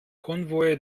konvoi